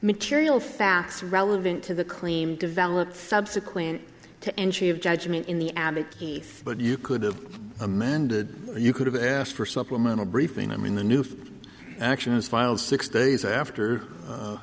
material facts relevant to the claim developed subsequent to entry of judgment in the abbott case but you could have amanda you could have asked for supplemental briefing i mean the new action is filed six days after